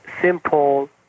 simple